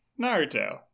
Naruto